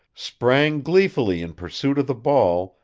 sprang gleefully in pursuit of the ball,